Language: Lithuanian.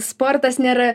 sportas nėra